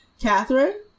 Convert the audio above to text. Catherine